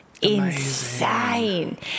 insane